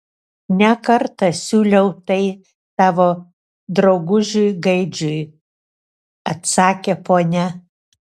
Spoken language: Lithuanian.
ne kartą siūliau tai tavo draugužiui gaidžiui atsakė ponia